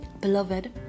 Beloved